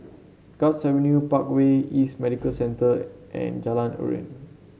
Guards Avenue Parkway East Medical Centre and Jalan Aruan